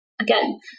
again